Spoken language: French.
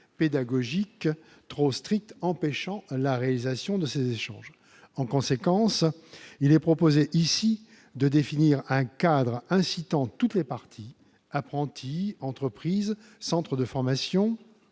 pédagogiques trop strictes empêchant la réalisation de ces échanges. En conséquence, il est proposé de définir un cadre incitant toutes les parties- apprentis, entreprises, centres de formation